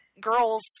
girls